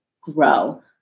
grow